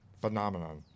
Phenomenon